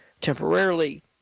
temporarily